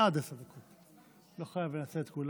עד עשר דקות, לא חייבת לנצל את כולן.